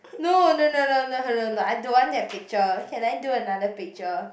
no no no no no no no I don't want that picture can I do another picture